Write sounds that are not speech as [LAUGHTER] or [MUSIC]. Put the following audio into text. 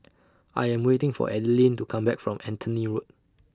[NOISE] I Am waiting For Adilene to Come Back from Anthony Road